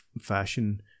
fashion